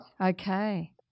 Okay